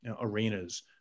arenas